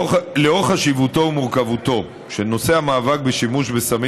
לאור חשיבותו ומורכבותו של נושא המאבק בשימוש בסמים